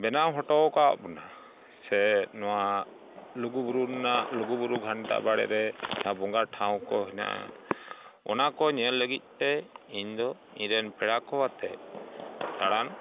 ᱵᱮᱱᱟᱣ ᱦᱚᱴᱚ ᱟᱠᱟᱣᱟᱫ ᱵᱚᱱᱟ ᱥᱮ ᱱᱚᱣᱟ ᱞᱩᱜᱩᱵᱩᱨᱩ ᱨᱮᱱᱟᱜ ᱞᱩᱜᱩᱵᱩᱨᱩ ᱜᱷᱟᱱᱴᱟ ᱵᱟᱲᱮᱨᱮ ᱡᱟᱦᱟᱸ ᱵᱚᱸᱜᱟ ᱴᱷᱟᱶᱠᱚ ᱦᱮᱱᱟᱜᱼᱟ ᱚᱱᱟᱠᱚ ᱧᱮᱞ ᱞᱟᱹᱜᱤᱫᱛᱮ ᱤᱧᱫᱚ ᱤᱧᱨᱮᱱ ᱯᱮᱲᱟᱠᱚ ᱟᱛᱮ ᱫᱟᱬᱟᱱ